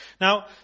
Now